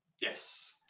Yes